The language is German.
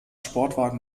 sportwagen